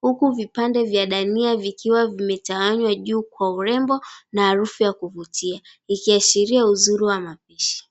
huku vipande vya dania vikiwa vimetawanywa juu kwa urembo na harufu ya kuvutia ikiashiria uzuri wa mapishi.